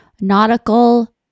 nautical